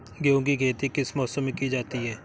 गेहूँ की खेती किस मौसम में की जाती है?